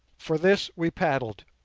for this we paddled,